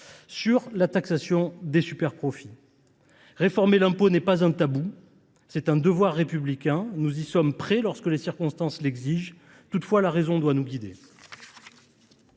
sur la taxation des superprofits. Réformer l’impôt n’est pas un tabou, c’est un devoir républicain. Nous y sommes prêts lorsque les circonstances l’exigent. Mais la raison doit nous guider.